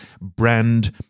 brand